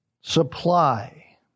supply